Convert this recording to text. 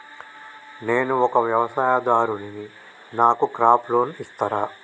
నేను ఒక వ్యవసాయదారుడిని నాకు క్రాప్ లోన్ ఇస్తారా?